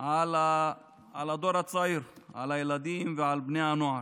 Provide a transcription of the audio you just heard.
על הדור הצעיר, על הילדים ועל בני הנוער.